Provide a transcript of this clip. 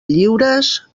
lliures